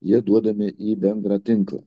jie duodami į bendrą tinklą